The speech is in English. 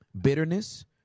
bitterness